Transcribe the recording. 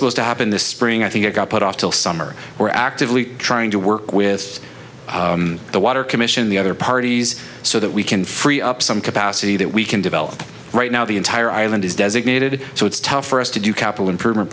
supposed to happen this spring i think it got put off till summer we're actively trying to work with the water commission the other parties so that we can free up some capacity that we can develop right now the entire island is designated so it's tough for us to do capital improvement